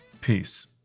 Peace